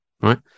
right